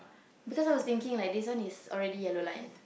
because I was thinking like this one is already yellow line